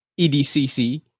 EDCC